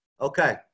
Okay